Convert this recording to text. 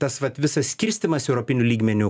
tas vat visas skirstymas europiniu lygmeniu